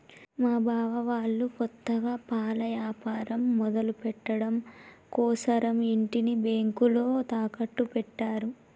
మా బావ వాళ్ళు కొత్తగా పాల యాపారం మొదలుపెట్టడం కోసరం ఇంటిని బ్యేంకులో తాకట్టు పెట్టారు